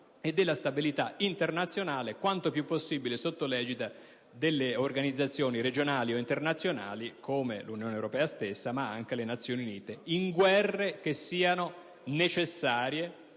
e della stabilità internazionale quanto più possibile sotto l'egida delle Organizzazioni regionali o internazionali, come l'Unione europea stessa ma anche le Nazioni Unite; partecipazione